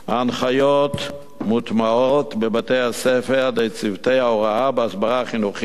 ההנחיות מוטמעות בבתי-הספר על-ידי צוות ההוראה בהסברה חינוכית